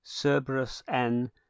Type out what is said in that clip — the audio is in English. Cerberus-N